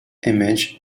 image